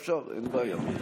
אפשר, אין לי בעיה.